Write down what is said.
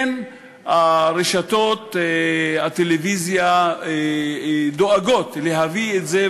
רשתות הטלוויזיה דואגות להביא את זה,